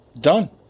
done